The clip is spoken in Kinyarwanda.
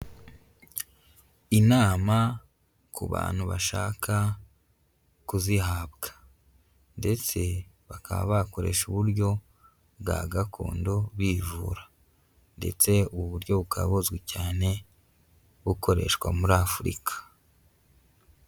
Inama ku bantu bashaka kuzihabwa, ndetse bakaba bakoresha uburyo bwa gakondo bivura, ndetse ubu buryo bukaba buzwi cyane bukoreshwa muri Afurika.